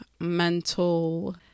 mental